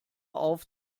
auf